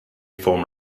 form